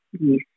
yes